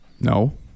No